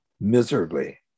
miserably